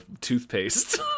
toothpaste